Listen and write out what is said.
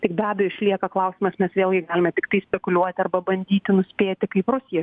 tik be abejo išlieka klausimas mes vėlgi galime tiktai spekuliuoti arba bandyti nuspėti kaip rusija